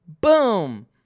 Boom